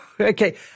Okay